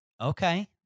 Okay